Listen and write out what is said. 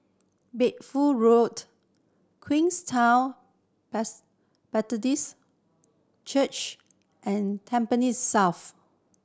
Bedford Road Queenstown Baptist Church and Tampines South